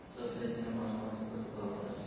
सबसे अच्छा मांस कौनसे पशु का होता है?